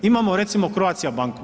Imamo recimo Croatia banku.